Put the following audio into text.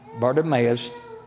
Bartimaeus